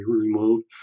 removed